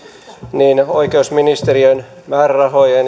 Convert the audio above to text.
niin oikeusministeriön määrärahojen